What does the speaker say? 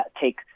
take